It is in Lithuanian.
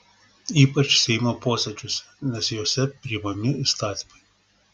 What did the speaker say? ypač seimo posėdžiuose nes juose priimami įstatymai